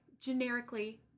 generically